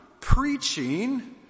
preaching